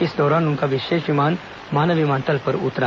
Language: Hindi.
इस दौरान उनका विशेष विमान माना विमानतल में उतरा